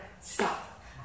stop